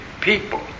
people